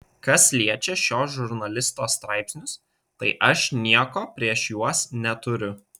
kas liečia šio žurnalisto straipsnius tai aš nieko prieš juos neturiu